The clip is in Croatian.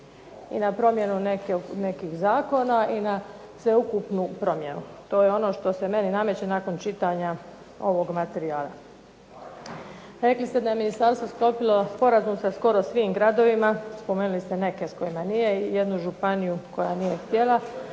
I na promjenu nekih zakona i na cjelokupnu promjenu. To je ono što se meni nameće nakon čitanja ovog materijala. Rekli ste da je Ministarstvo sklopilo sporazum sa skoro svim gradovima, spomenuli ste neke s kojima nije i jednu županiju koja nije htjela,